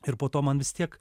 ir po to man vis tiek